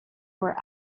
were